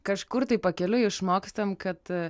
kažkur tai pakeliui išmokstam kad